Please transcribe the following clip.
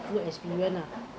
~ful experience ah